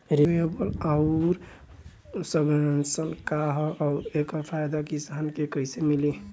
Renewable आउर subvention का ह आउर एकर फायदा किसान के कइसे मिली?